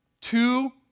Two